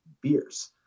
beers